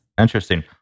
Interesting